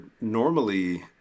normally